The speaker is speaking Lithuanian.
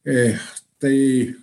ech tai